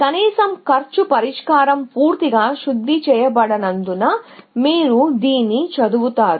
తక్కువ కాస్ట్ పరిష్కారం పూర్తిగా శుద్ధి చేయబడినందున దీన్ని మీరు చదవండి